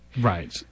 Right